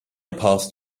passed